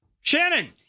Shannon